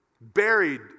buried